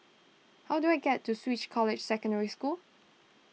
how do I get to Swiss Cottage Secondary School